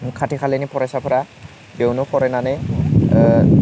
खाथि खालानि फरायसाफोरा बेयावनो फरायनानै